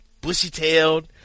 bushy-tailed